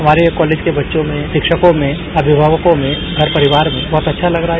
हमारे कॉलेज में बच्चों में रिक्षकों में अमिमावकों में घर परिवार में बहुत अच्छा लग रहा है